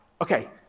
Okay